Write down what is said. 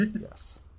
yes